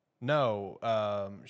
No